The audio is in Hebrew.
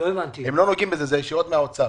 זה ישירות מהאוצר.